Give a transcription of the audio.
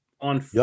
on